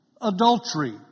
adultery